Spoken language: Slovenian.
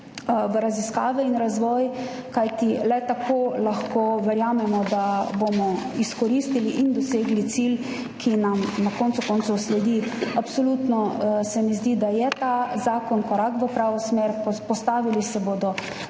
v raziskave in razvoj, kajti le tako lahko verjamemo, da bomo izkoristiliin dosegli cilj, ki nam na koncu koncev sledi. Absolutno se mi zdi, da je ta zakon korak v pravo smer. Postavili se bodo